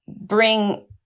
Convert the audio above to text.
bring